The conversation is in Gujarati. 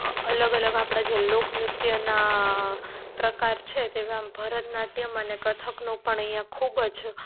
અલગ અલગ આપણા જે લોકનૃત્યના પ્રકાર છે તેમાં ભરતનાટ્યમ અને કથકનું પણ અહીંયા ખૂબ જ